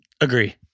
Agree